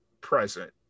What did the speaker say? present